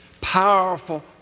Powerful